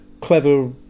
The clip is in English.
clever